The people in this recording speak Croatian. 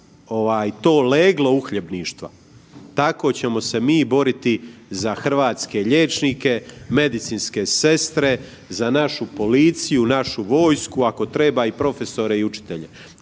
to leglo uhljebništva, tako ćemo se mi boriti za hrvatske liječnike, medicinske sestre, za našu policiju, našu vojsku, ako treba i profesore i učitelje.